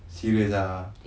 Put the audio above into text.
serious ah